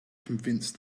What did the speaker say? convince